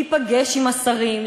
להיפגש עם השרים,